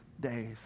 days